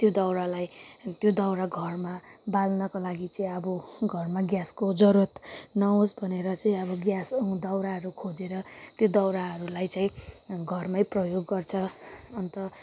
त्यो दाउरालाई त्यो दाउरा घरमा बाल्नका लागि चाहिँ अब घरमा ग्यासको जरुरत नहोस् भनेर चाहिँ अब ग्यास दाउराहरू खोजेर त्यो दाउराहरूलाई चाहिँ घरमै प्रयोग गर्छ अन्त